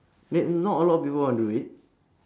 wait not a lot of people wanna do it